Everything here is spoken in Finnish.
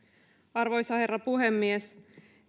arvoisa herra puhemies